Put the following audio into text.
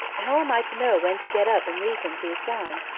how am i to know when to get up and leave him to his wine?